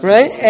Right